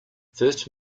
first